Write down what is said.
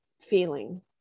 feeling